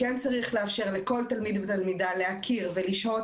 לאפשר לכל תלמיד ותלמידה להכיר ולשהות